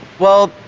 well,